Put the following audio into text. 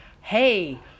hey